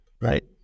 right